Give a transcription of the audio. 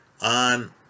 on